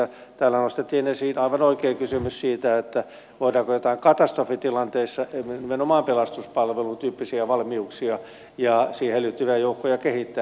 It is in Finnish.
täällä nostettiin esiin aivan oikein kysymys siitä voidaanko katastrofitilanteisiin joitain nimenomaan pelastuspalvelutyyppisiä valmiuksia ja niihin liittyviä joukkoja kehittää